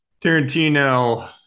Tarantino